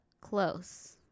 Close